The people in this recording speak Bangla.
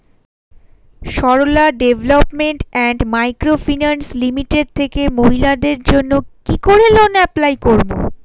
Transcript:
Sarala Development and Micro Finance Limited থেকে মহিলাদের জন্য কি করে লোন এপ্লাই করব?